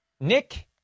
Nick